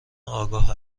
آگاه